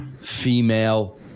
female